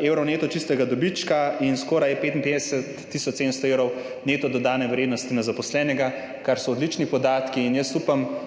evrov neto čistega dobička in skoraj 55 tisoč 700 evrov neto dodane vrednosti na zaposlenega, kar so odlični podatki in jaz upam,